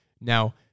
now